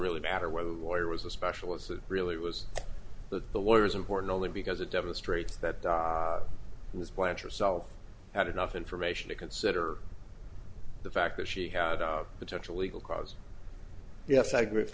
really matter whether the boy was a specialist it really was that the lawyers important only because it demonstrates that this plant yourself had enough information to consider the fact that she had a potential legal cause yes i agree